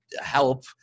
help